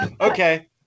Okay